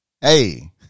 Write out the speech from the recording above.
hey